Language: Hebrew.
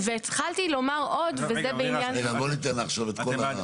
רגע, בוא ניתן לה עכשיו את כל.